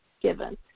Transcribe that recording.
given